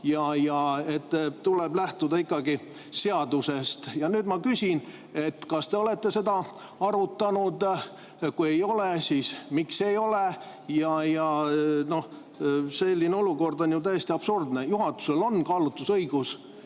et tuleb lähtuda ikkagi seadusest. Nüüd ma küsin: kas te olete seda arutanud? Kui ei ole, siis miks ei ole? Selline olukord on ju täiesti absurdne. Juhatusel on kaalutlusõigus,